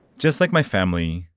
just like my family,